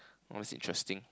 oh that's interesting